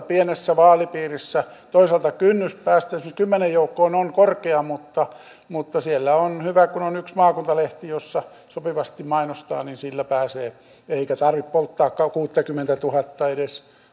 pienessä vaalipiirissä kynnys päästä esimerkiksi kymmenen joukkoon on korkea mutta mutta siellä on hyvä kun on on yksi maakuntalehti jossa sopivasti kun mainostaa niin sillä pääsee eikä tarvitse polttaa kuuttakymmentätuhatta edes